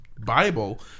Bible